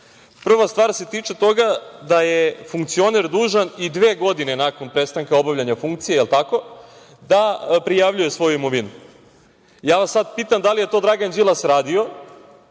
Prva stvar se tiče toga da je funkcioner dužan i dve godine nakon prestanka obavljanja funkcije, da li je tako, da prijavljuje svoju imovinu? Ja vas sad pitam, da li je to Dragan Đilas radio